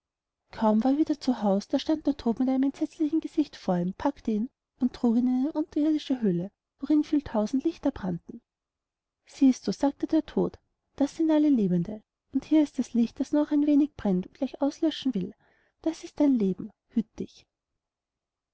kaum war er wieder zu haus da stand der tod mit einem entsetzlichen gesicht vor ihm packte ihn und trug ihn in eine unterirdische höhle worin viel tausend lichter brannten siehst du sagte der tod das sind alle lebende und hier das licht das nur noch ein wenig brennt und gleich auslöschen will das ist dein leben hüt dich